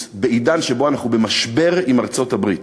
בעידן שבו אנחנו במשבר עם ארצות-הברית,